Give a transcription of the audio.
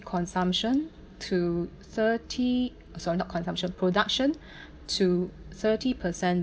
consumption to thirty sorry not consumption production to thirty percent